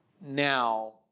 now